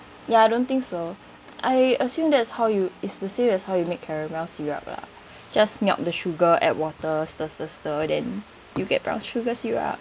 ya I don't think so I assumed that's how you is the same as how you make caramel syrup lah just melt the sugar add water stir stir stir then you get brown sugar syrup